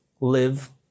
live